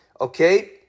Okay